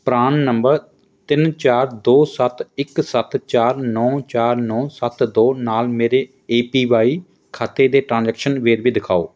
ਪਰਾਨ number ਤਿੰਨ ਚਾਰ ਦੋ ਸੱਤ ਇੱਕ ਸੱਤ ਚਾਰ ਨੌਂ ਚਾਰ ਨੌਂ ਸੱਤ ਦੋ ਨਾਲ ਮੇਰੇ ਏ ਪੀ ਵਾਈ ਖਾਤੇ ਦੇ ਟ੍ਰਾਂਜ਼ੈਕਸ਼ਨ ਵੇਰਵੇ ਦਿਖਾਓ